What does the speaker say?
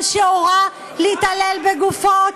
אדם שהורה להתעלל בגופות,